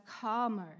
calmer